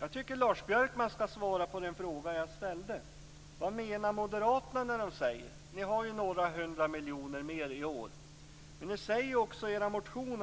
Jag tycker att Lars Björkman skall svara på den fråga jag ställde: Vad menar moderaterna när de säger - ni har några hundra miljoner mer i år -